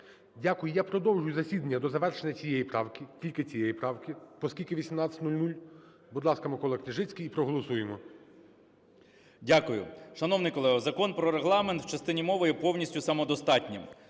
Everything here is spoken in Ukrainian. Дякую. Я продовжую засідання до завершення цієї правки, тільки цієї правки, оскільки 18:00. Будь ласка, Микола Княжицький і проголосуємо. 18:00:37 КНЯЖИЦЬКИЙ М.Л. Дякую. Шановні колего, Закон про Регламент в частині мови є повністю самодостатнім.